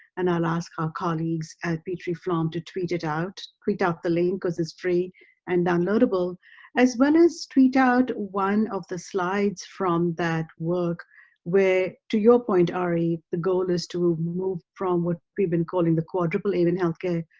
and i'll ask our colleagues at petrie-flom to tweet it out. tweet out the link because it's free and downloadable as well as tweet out one of the slides from that work where to your point ari the goal is to ah from what we've been calling the quadruple aim and health care,